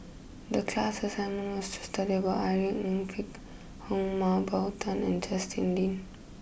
the class assignment was to study about Irene Ng Phek Hoong Mah Bow Tan and Justin Lean